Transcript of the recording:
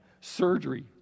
surgery